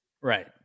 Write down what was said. right